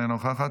אינה נוכחת,